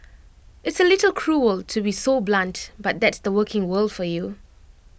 it's A little cruel to be so blunt but that's the working world for you